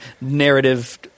narrative